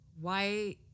why